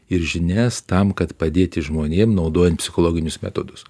ir žinias tam kad padėti žmonėm naudojant psichologinius metodus